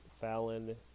Fallon